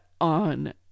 on